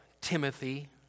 Timothy